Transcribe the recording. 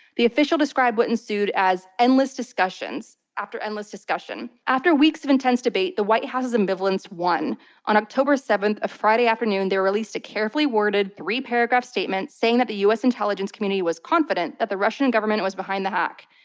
the official described what ensued as endless discussion after endless discussion. after weeks of intense debate, the white house's ambivalence won on oct. seven, a friday afternoon, they released a carefully worded, three-paragraph statement, saying that the us intelligence community was confident that the russian government was behind the hack.